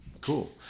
Cool